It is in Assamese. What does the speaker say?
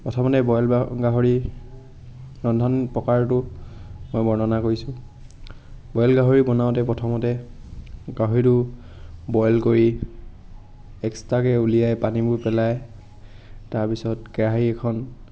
প্ৰথমতে বইল গা গাহৰি ৰন্ধন প্ৰকাৰটো মই বৰ্ণনা কৰিছোঁ বইল গাহৰি বনাওঁতে প্ৰথমতে গাহৰিটো বইল কৰি এক্সট্ৰাকৈ উলিয়াই পানীবোৰ পেলাই তাৰপিছত কেৰাহি এখন